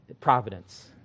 Providence